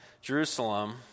Jerusalem